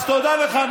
אז תודה לך.